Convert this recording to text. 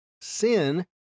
Sin